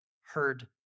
heard